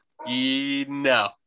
no